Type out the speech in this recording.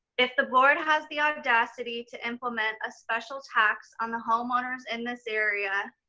if the board has the audacity to implement a special tax on the homeowners in this area,